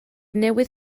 newydd